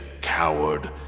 coward